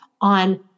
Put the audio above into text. on